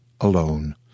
alone